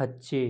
ह छे